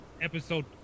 episode